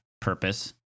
purpose